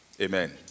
Amen